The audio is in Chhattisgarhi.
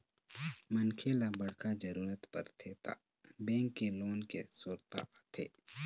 मनखे ल बड़का जरूरत परथे त बेंक के लोन के सुरता आथे